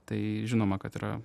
tai žinoma kad yra